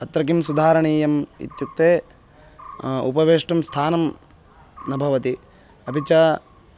तत्र किं सुधारणीयम् इत्युक्ते उपवेष्टुं स्थानं न भवति अपि च